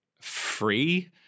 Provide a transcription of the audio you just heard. free